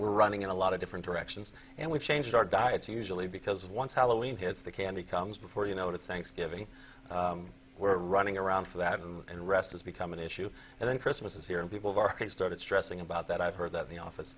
we're running in a lot of different directions and we've changed our diets usually because once halloween hits the candy comes before you know it's thanksgiving we're running around for that and rest has become an issue and then christmas is here and people of our day started stressing about that i've heard that the office